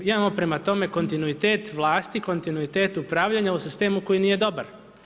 Imamo prema tome kontinuitet vlasti, kontinuitet upravljanja u sistemu koji nije dobar.